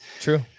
true